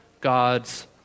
God's